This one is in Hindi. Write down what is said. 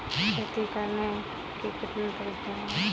खेती करने के कितने तरीके हैं?